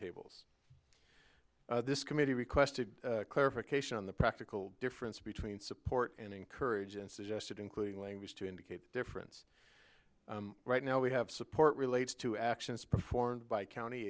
tables this committee requested clarification on the practical difference between support and encourage and suggested including language to indicate difference right now we have support relates to actions performed by county